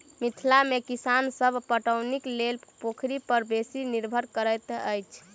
मिथिला मे किसान सभ पटौनीक लेल पोखरि पर बेसी निर्भर रहैत छथि